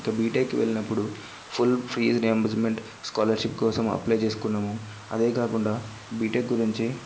ఇక బీటెక్కి వెళ్ళినప్పుడు ఫుల్ ఫీజ్ రియంబర్స్మెంట్ స్కాలర్షిప్ కోసం అప్లై చేసుకున్నాము అదే కాకుండా బీటెక్ గురించి